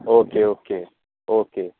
okay okay okay